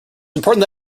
important